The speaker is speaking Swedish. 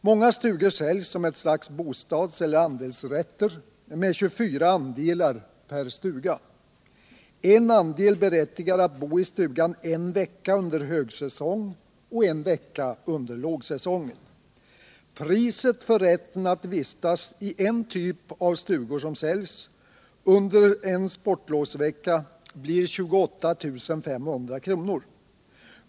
Många stugor säljs som ett slags bostadseller andelsrätter med 24 andelar per stuga. En andel berättigar att bo i stugan en vecka under högsäsong och en vecka under lågsäsongen. Priset för rätten att vistas i en typ av stugor som säljs under en sportlovsvecka blir 28 500 kr.